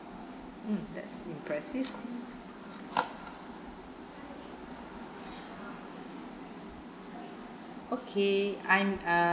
mm that's impressive okay I'm uh